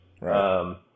Right